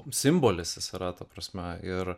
simbolis jis yra ta prasme ir